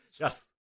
Yes